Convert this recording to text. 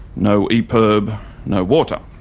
no epirb, no water.